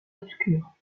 obscure